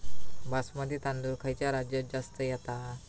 बासमती तांदूळ खयच्या राज्यात जास्त येता?